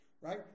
Right